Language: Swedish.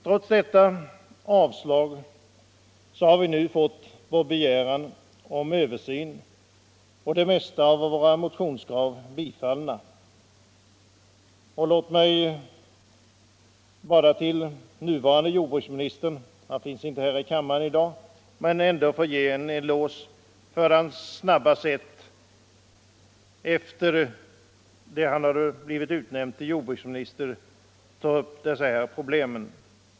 Trots detta avslag har vi nu fått vår begäran om översyn och de flesta av våra motionskrav tillstyrkta. Låt mig bara få ge nuvarande jordbruksministern — som inte finns här i kammaren i dag — en eloge för hans snabbhet att, efter det han blivit utnämnd till jordbruksminister, ta upp dessa problem.